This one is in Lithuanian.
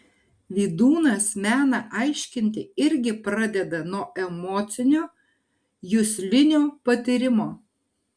vydūnas meną aiškinti irgi pradeda nuo emocinio juslinio patyrimo